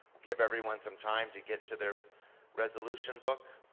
give everyone some time to get to their resolution book